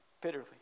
bitterly